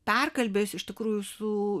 perkalbėjus iš tikrųjų su